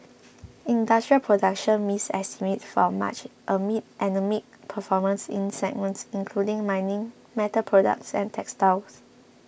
industrial production missed estimates for March amid anaemic performance in segments including mining metal products and textiles